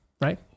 Right